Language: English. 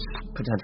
potential